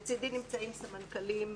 לצדי נמצאים סמנכ"לים,